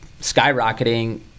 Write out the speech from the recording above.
skyrocketing